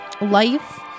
Life